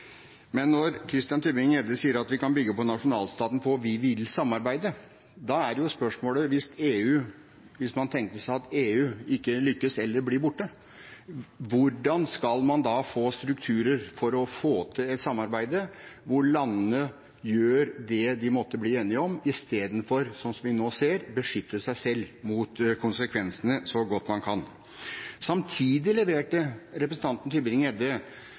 men når Christian Tybring-Gjedde sier at vi kan bygge på nasjonalstaten, og vi vil samarbeide, da er spørsmålet: Hvis man tenker seg at EU ikke lykkes eller blir borte, hvordan skal man da få strukturer for å få til et samarbeid, hvor landene gjør det de måtte bli enige om, istedenfor, slik som vi nå ser, å beskytte seg selv mot konsekvensene så godt man kan? Samtidig leverte representanten